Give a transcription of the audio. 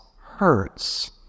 hurts